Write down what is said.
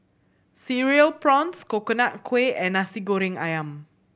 Cereal Prawns Coconut Kuih and Nasi Goreng Ayam